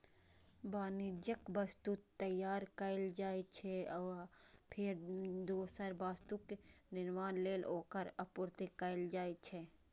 वाणिज्यिक वस्तु तैयार कैल जाइ छै, आ फेर दोसर वस्तुक निर्माण लेल ओकर आपूर्ति कैल जाइ छै